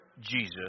Jesus